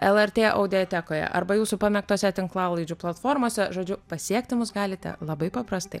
lrt audiatekoje arba jūsų pamėgtose tinklalaidžių platformose žodžiu pasiekti mus galite labai paprastai